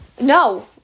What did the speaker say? No